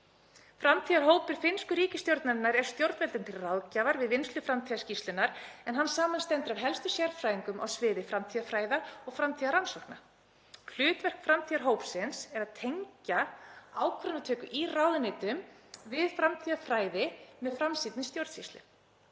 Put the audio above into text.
Framtíðarhópur finnsku ríkisstjórnarinnar er stjórnvöldum til ráðgjafar við vinnslu framtíðarskýrslunnar en hann samanstendur af helstu sérfræðingum á sviði framtíðarfræða og framtíðarrannsókna. Hlutverk framtíðarhópsins er að tengja ákvarðanatöku í ráðuneytum við framtíðarfræði með framsýnni stjórnsýslu.